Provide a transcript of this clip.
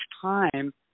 time